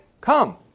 come